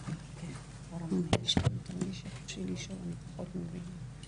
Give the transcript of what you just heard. אני בעצם הולכת להציג את המסמך הזה מטעם מכון